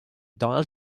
donald